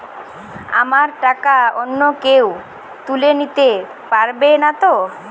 আমার টাকা অন্য কেউ তুলে নিতে পারবে নাতো?